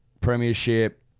Premiership